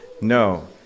No